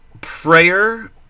prayer